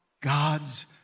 God's